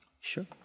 Sure